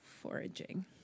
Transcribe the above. foraging